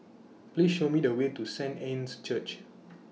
Please Show Me The Way to Saint Anne's Church